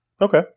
Okay